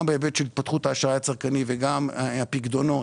גם בהיבט של התפתחות האשראי הצרכני וגם הפיקדונות,